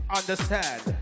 understand